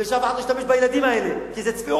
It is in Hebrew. שאף אחד לא ישתמש בילדים האלה, כי זה צביעות.